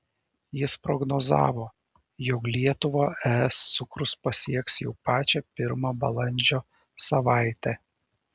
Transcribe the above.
jis prognozavo jog lietuvą es cukrus pasieks jau pačią pirmą balandžio savaitę